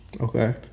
Okay